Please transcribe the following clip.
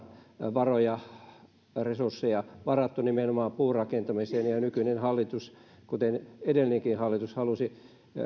varoja ja resursseja varattu nimenomaan puurakentamiseen ja ja nykyinen hallitus kuten edellinenkin hallitus